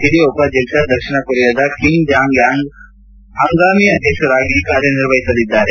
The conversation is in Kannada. ಹಿರಿಯ ಉಪಾಧ್ಯಕ್ಷ ದಕ್ಷಿಣ ಕೊರಿಯಾದ ಕಿಂಗ್ ಜಾಂಗ್ ಯಾಂಗ್ ಅವರ ಹಂಗಾಮಿ ಅಧ್ಯಕ್ಷರಾಗಿ ಕಾರ್ಯನಿರ್ವಹಿಸಲಿದ್ದಾರೆ